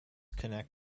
connect